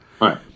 Right